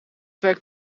werkt